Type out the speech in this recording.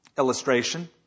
illustration